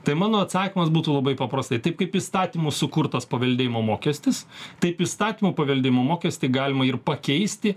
tai mano atsakymas būtų labai paprastai taip kaip įstatymu sukurtas paveldėjimo mokestis taip įstatymu paveldėjimo mokestį galima ir pakeisti